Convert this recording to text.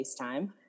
FaceTime